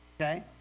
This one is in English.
Okay